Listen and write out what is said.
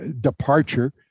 departure